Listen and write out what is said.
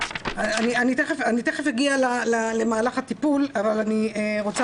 אני תיכף אגיע למהלך הטיפול אבל אני קודם רוצה